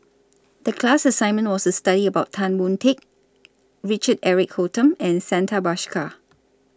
The class assignment was to study about Tan Boon Teik Richard Eric Holttum and Santha Bhaskar